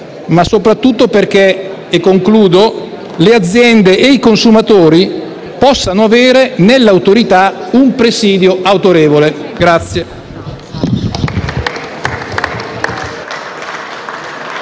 e soprattutto perché - e concludo - le aziende e i consumatori possano avere nell'Autorità un presidio autorevole.